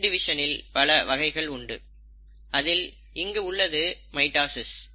செல் டிவிஷனில் பல வகைகள் உண்டு அதில் இங்கு உள்ளது மைட்டாசிஸ்